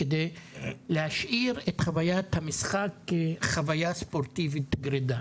כדי להשאיר את חוויית המשחק חוויה ספורטיבית גרידא.